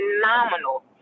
phenomenal